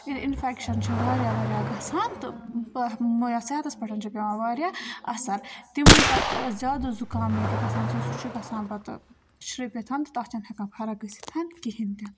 ییٚلہِ اِنفٮ۪کشَن چھُ وارِیاہ وارِیاہ گَژھان تہٕ صحتَس پٮ۪ٹھ چھِ پٮ۪وان وارِیاہ اَثَر تِم پَتہٕ زیادٕ زُکام ییٚلہِ گَژھان سُہ چھُ گَژھان پَتہٕ شرٛیٚپِتھ تہٕ تَتھ چھِنہٕ ہٮ۪کان فرق گٔژھِتھ کِہیٖنۍ تہِ